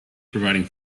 providing